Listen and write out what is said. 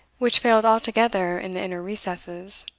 which failed altogether in the inner recesses.